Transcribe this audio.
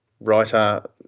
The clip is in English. writer